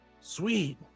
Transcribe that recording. Sweet